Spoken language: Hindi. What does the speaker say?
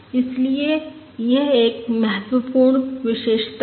इसलिए यह एक महत्वपूर्ण विशेषता है